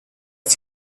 was